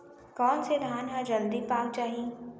कोन से धान ह जलदी पाक जाही?